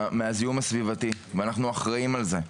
מהזיהום הסביבתי ואנחנו אחראיים על זה.